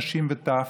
נשים וטף,